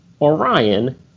Orion